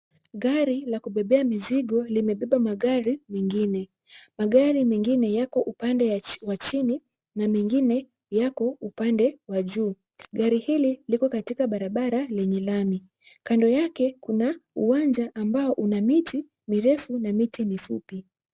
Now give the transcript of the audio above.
Gari la kubebea mizigo limebeba magari mengine. Magari mengine yako upande wa chini na mingine yako upande wa juu. Gari hili liko katika barabara lenye lami. Kando yake kuna uwanja ambao una miti mirefu na miti mifupi.